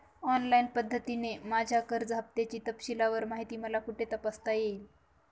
Online पद्धतीने माझ्या कर्ज हफ्त्याची तपशीलवार माहिती मला कुठे तपासता येईल?